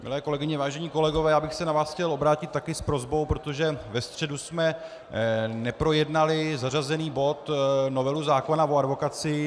Milé kolegyně, vážení kolegové, já bych se na vás chtěl také obrátit s prosbou, protože ve středu jsme neprojednali zařazený bod, novelu zákona o advokacii.